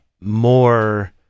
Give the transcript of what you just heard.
more